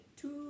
two